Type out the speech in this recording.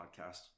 podcast